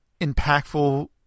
impactful